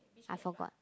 I forgot